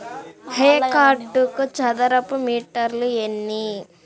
హెక్టారుకు చదరపు మీటర్లు ఎన్ని?